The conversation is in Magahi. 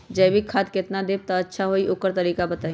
जैविक खाद केतना देब त अच्छा होइ ओकर तरीका बताई?